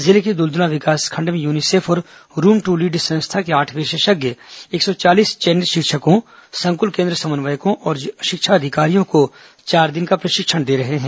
जिले के दुलदुला विकासखंड में यूनिसेफ और रूम दू रीड संस्था के आठ विशेषज्ञ एक सौ चालीस चयनित शिक्षकों संकुल केन्द्र समन्वयकों और शिक्षा अधिकारियों को चार दिन का प्रशिक्षण दे रहे हैं